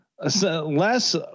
Less